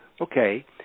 Okay